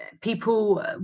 people